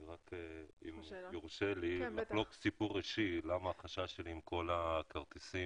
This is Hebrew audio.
אם יורשה לי לחלוק סיפור אישי שיאמר למה החשש שלי מכל הכרטיסים,